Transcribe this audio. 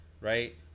right